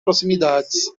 proximidades